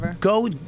Go